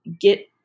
get